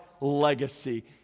legacy